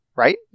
Right